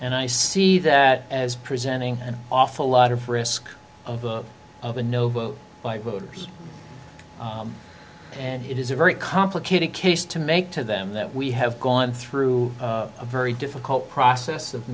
and i see that as presenting an awful lot of risk of a no vote by voters and it is a very complicated case to make to them that we have gone through a very difficult process of